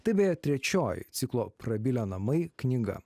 tai beje trečioji ciklo prabilę namai knyga